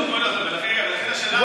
ולכן השאלה המתבקשת היא,